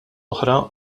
oħra